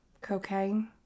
Cocaine